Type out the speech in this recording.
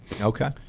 Okay